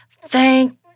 thank